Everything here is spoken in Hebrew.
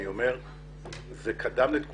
אני אומר שזה קדם לתקופתי.